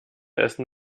essen